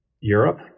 europe